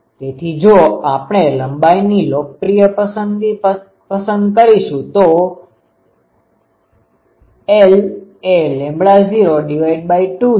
તેથી જો આપણે લંબાઈની લોકપ્રિય પસંદગી પસંદ કરીશું તો l એ ૦2 છે